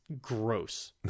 gross